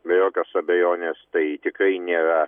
be jokios abejonės tai tikrai nėra